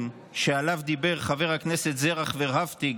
שעליו דיבר חבר הכנסת זרח ורהפטיג,